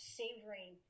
savoring